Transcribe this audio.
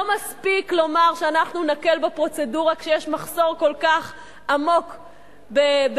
לא מספיק לומר שאנחנו נקל בפרוצדורה כשיש מחסור כל כך עמוק בדירות.